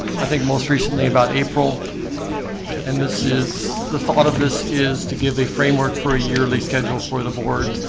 i think most recently about april and this is the thought of this is to give a framework for a yearly schedule for the board